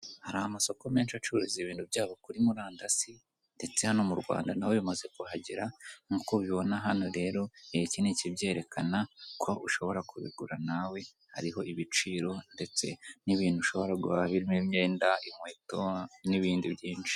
Hari amasoko menshi acururiza ibintu byabo kuri murandasi ndetse hano mu Rwanda na ho bimaze kuhagera, nk'uko ubibona hano rero iki ni ikibyerekana ko ushobora kubigura nawe, hariho ibiciro ndetse n'ibintu ushobora birimo imyenda, inkweto n'ibindi byinshi.